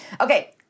Okay